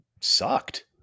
sucked